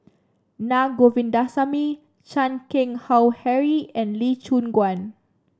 Na Govindasamy Chan Keng Howe Harry and Lee Choon Guan